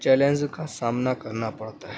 challenge کا سامنا کرنا پڑتا ہے